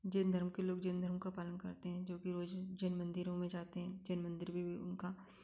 जैन धर्म के लोग जैन धर्म का पालन करते हैं जो की रोज़ जैन मन्दिरों में जाते हैं मंदिर भी उनका पास